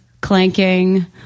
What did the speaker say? clanking